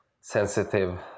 sensitive